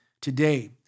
today